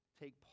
take